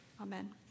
Amen